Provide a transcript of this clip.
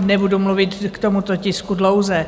nebudu mluvit k tomuto tisku dlouze.